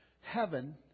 heaven